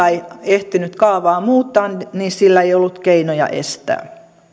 ei ehtinyt kaavaa muuttaa niin sillä ei ollut keinoja estää